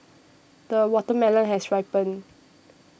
the watermelon has ripened